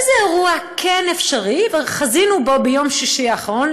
איזה אירוע כן אפשרי וחזינו בו ביום שישי האחרון,